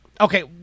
Okay